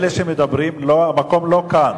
אלה שמדברים, המקום הוא לא כאן.